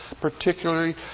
particularly